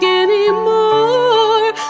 anymore